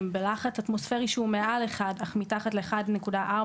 בלחץ אטמוספירי שהוא מעל 1 אך מתחת ל-1.4,